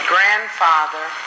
grandfather